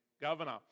governor